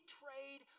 trade